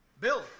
Bill